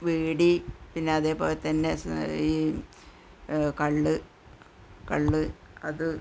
ബീഡി പിന്നെ അതേപോലെ തന്നെ ഈ കള്ള് കള്ള് അത്